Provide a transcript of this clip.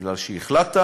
מפני שהחלטת